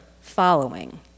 following